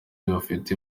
bafite